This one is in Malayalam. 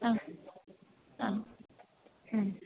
ആഹ് ആഹ് ആഹ്